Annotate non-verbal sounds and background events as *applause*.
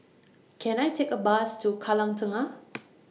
*noise* Can I Take A Bus to Kallang Tengah